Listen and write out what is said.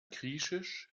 griechisch